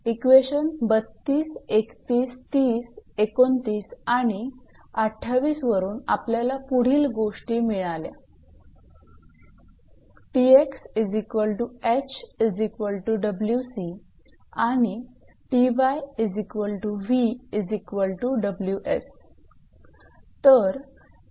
equation 32 31 30 29 आणि 28 वरून आपल्याला पुढील गोष्टी मिळाल्या 𝑇𝑥 𝐻 𝑊𝑐 आणि 𝑇𝑦 𝑉 𝑊𝑠